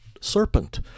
serpent